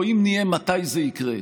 ואם נהיה, מתי זה יקרה.